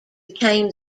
became